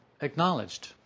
acknowledged